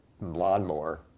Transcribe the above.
lawnmower